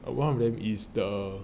uh one of them is the